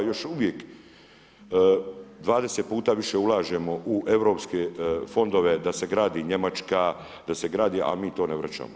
Još uvijek 20 puta više ulažemo u europske fondove da se gradi Njemačka da se gradi, a mi to ne vraćamo.